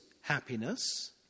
happiness